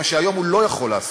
מה שהיום הוא לא יכול לעשות,